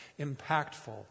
impactful